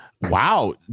Wow